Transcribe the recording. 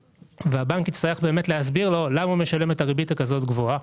והבנק יצטרך להסביר לו למה הוא משלם ריבית כזאת גבוהה.